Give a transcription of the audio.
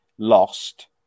Lost